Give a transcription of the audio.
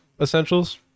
essentials